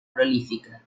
prolífica